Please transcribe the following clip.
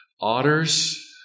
otters